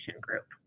group